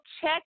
check